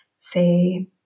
Say